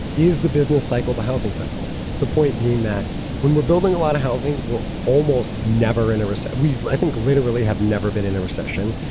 is the business cycle, the housing cycle. the point being that when we're building a lot of housing, we're almost never in a risk. we think literally have never been in a recession.